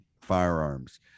firearms